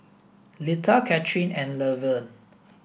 Litha Cathryn and Levern